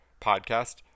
Podcast